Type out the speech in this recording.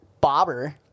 bobber